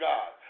God